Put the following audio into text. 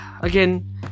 again